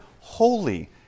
holy